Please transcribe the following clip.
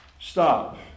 Stop